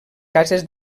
cases